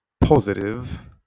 positive